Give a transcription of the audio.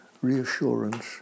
Reassurance